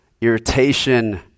Irritation